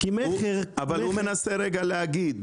אבל הוא מנסה רגע להגיד,